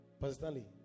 Personally